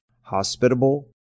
hospitable